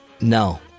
No